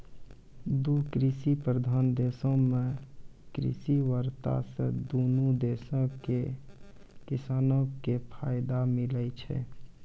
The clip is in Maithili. दु कृषि प्रधान देशो मे कृषि वार्ता से दुनू देशो के किसानो के फायदा मिलै छै